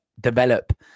develop